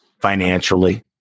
financially